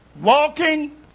Walking